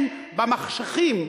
הם במחשכים,